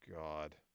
God